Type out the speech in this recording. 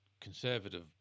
conservative